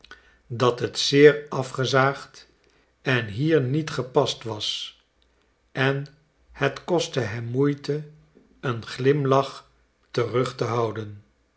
dat het zeer afgezaagd en hier niet gepast was en het kostte hem moeite een glimlach terug te houden